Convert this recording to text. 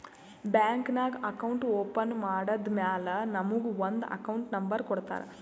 bank ನಾಗ್ account open ಮಾಡದ್ದ್ ಮ್ಯಾಲ ನಮುಗ ಒಂದ್ ಅಕೌಂಟ್ ನಂಬರ್ ಕೊಡ್ತಾರ್